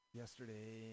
yesterday